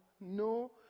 No